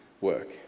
work